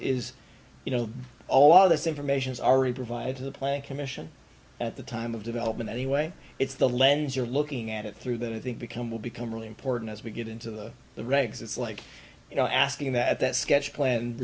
is you know all this information is already provided to the planning commission at the time of development anyway it's the lens you're looking at it through that i think become will become really important as we get into the the regs it's like you know asking that sketch plan